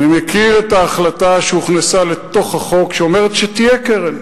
אני מכיר את ההחלטה שהוכנסה לתוך החוק שאומרת שתהיה קרן.